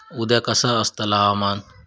उद्या कसा आसतला हवामान?